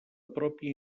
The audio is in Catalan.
pròpia